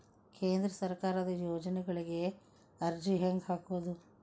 ಕೇಂದ್ರ ಸರ್ಕಾರದ ಯೋಜನೆಗಳಿಗೆ ಅರ್ಜಿ ಹೆಂಗೆ ಹಾಕೋದು?